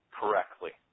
correctly